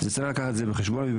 יש לקחת זאת בחשבון.